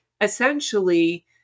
essentially